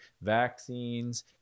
vaccines